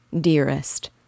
dearest